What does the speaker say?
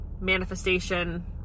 manifestation